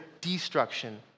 destruction